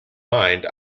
mind